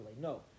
No